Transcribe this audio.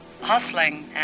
hustling